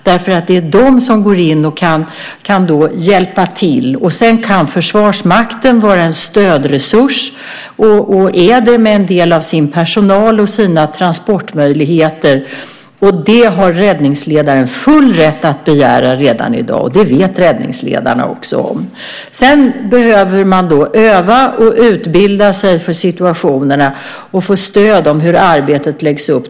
Det är de som går in och hjälper till. Försvarsmakten kan vara en stödresurs och är det med en del av sin personal och sina transportmöjligheter. Det har räddningsledaren full rätt att begära redan i dag, och det vet räddningsledarna också om. Man behöver öva och utbilda sig för situationerna och få stöd när det gäller hur arbetet läggs upp.